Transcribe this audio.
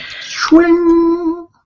Swing